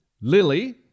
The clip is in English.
Lily